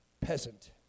peasant